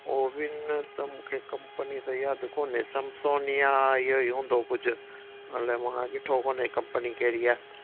Owen त मूंखे company त यादि कोन्हे संमसोंग या इहो ई हूंदो कुझु अलाए मां ॾिठो कोने कंपनी कहिड़ी आहे